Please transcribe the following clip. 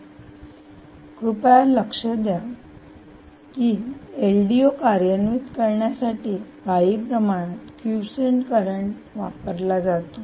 परंतु कृपया लक्षात घ्या की एलडीओ कार्यान्वित करण्यासाठी काही प्रमाणात क्यूसेंट करंट वापरला जातो